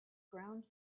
ground